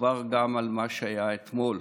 מדובר גם על מה שהיה אתמול,